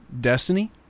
Destiny